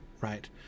right